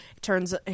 turns